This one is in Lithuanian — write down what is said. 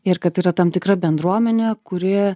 ir kad yra tam tikra bendruomenė kuri